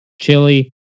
Chili